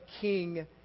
king